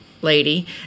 lady